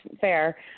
fair